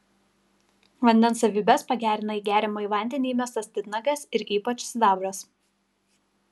vandens savybes pagerina į geriamąjį vandenį įmestas titnagas ir ypač sidabras